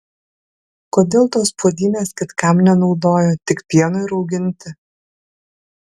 kodėl tos puodynės kitkam nenaudojo tik pienui rauginti